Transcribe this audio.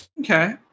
Okay